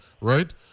right